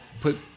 put